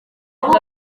ubu